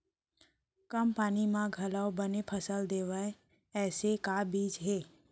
कम पानी मा घलव बने फसल देवय ऐसे का बीज हे?